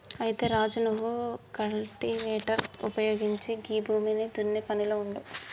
అయితే రాజు నువ్వు కల్టివేటర్ ఉపయోగించి గీ భూమిని దున్నే పనిలో ఉండు